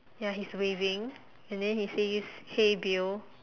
ya he is waving and then he says hey bill